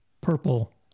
purple